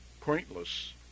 pointless